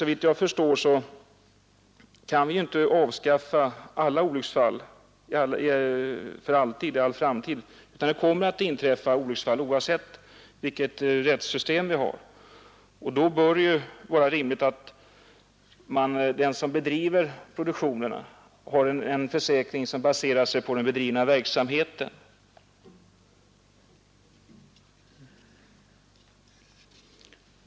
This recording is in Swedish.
Såvitt jag förstår kan vi emellertid inte avskaffa alla olycksfall för all framtid utan det kommer att inträffa sådana, oavsett vilket rättssystem vi har. Då bör det också vara rimligt att den som står för produktionen har en försäkring baserad på riskerna inom den bedrivna verksamheten.